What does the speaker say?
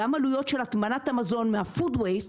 גם עלויות של הטמנת המזון מ'הפוד וויסט',